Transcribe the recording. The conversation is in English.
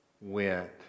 went